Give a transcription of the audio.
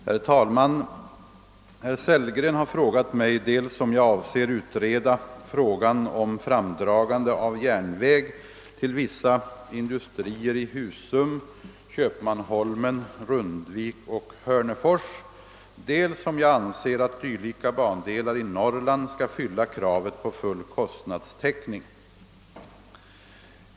Herr talman! Herr Sellgren har frågat mig dels om jag avser utreda frågan om framdragande av järnväg till vissa industrier i Husum, Köpmanholmen, Rundvik och Hörnefors, dels om jag anser att dylika bandelar i Norrland skall fylla kravet på full kostnadstäckning.